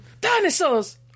dinosaurs